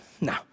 No